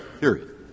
period